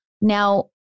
Now